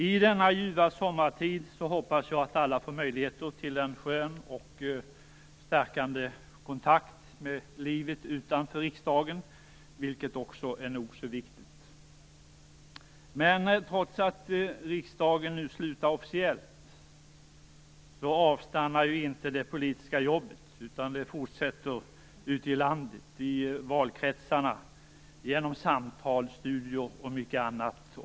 I denna ljuva sommartid hoppas jag att alla får möjligheter till en skön och stärkande kontakt med livet utanför riksdagen, vilket är nog så viktigt. Trots att riksdagen nu slutar officiellt avstannar inte det politiska jobbet. Det fortsätter ute i landet, i valkretsarna, genom samtal, studier och mycket annat.